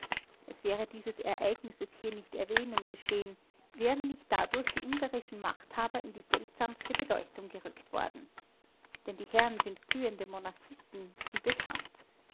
es wäre dieses ereignisses hier nicht erwähnung geschehen wären nicht dadurch die ungarischen machthaber in die seltsamste beleuchtung gerückt worden denn die herren sind glühende monarchisten wie bekannt